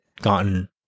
gotten